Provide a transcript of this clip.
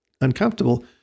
uncomfortable